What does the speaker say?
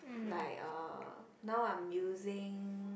like uh now I'm using